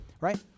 right